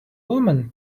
woman